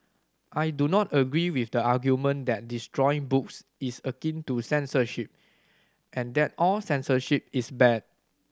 I do not agree with the argument that destroying books is akin to censorship and that all censorship is bad